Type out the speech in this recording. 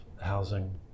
housing